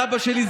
סבא שלי,